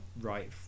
right